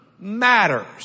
Matters